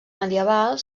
medieval